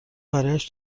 برایش